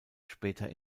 später